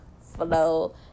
flow